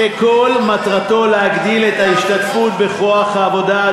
שכל מטרתו להגדיל את ההשתתפות בכוח העבודה,